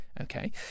Okay